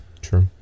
True